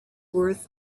worth